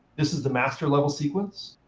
this is the master-level sequence.